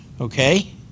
Okay